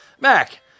Mac